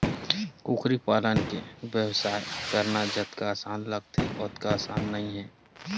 कुकरी पालन के बेवसाय करना जतका असान लागथे ओतका असान नइ हे